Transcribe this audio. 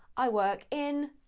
i work in,